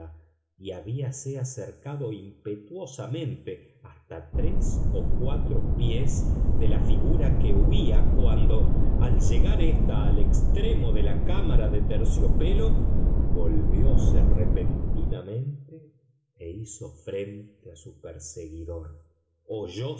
y habíase acercado impetuosamente hasta tres o cuatro pies de la figura que huía cuando al llegar ésta al extremo de la cámara de terciopelo volvióse repentinamente e hizo frente a su perseguidor oyóse